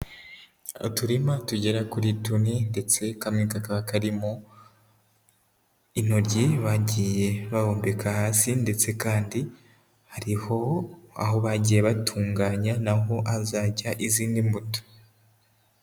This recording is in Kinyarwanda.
Uturima tugera kuri tune ndetse kamwe kakaba karirimo intoryi bagiye bahumbeka hasi ndetse kandi hariho aho bagiye batunganya naho hazajya izindi mbuto.